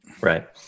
right